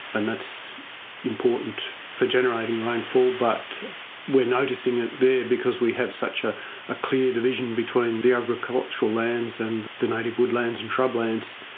and that's important for generating rainfall. but we're noticing it there because we have such a ah clear division between the agricultural lands and the native woodlands and shrublands.